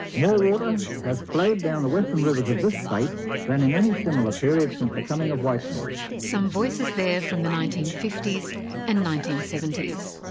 more water has flowed down the western rivers of this state than in any similar period since the coming of white men. some voices there from the nineteen fifty s and nineteen seventy s.